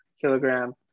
kilogram